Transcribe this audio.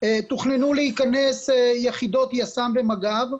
תוכננו להיכנס יחידות יס"מ ומג"ב.